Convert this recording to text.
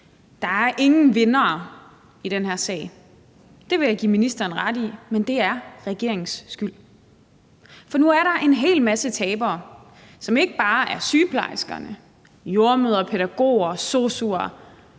Der er ingen vindere i den her sag. Det vil jeg give ministeren ret i, men det er regeringens skyld. For nu er der en hel masse tabere, som ikke bare er sygeplejerskerne – det er jordemødre, pædagoger, sosu'er,